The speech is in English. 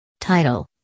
Title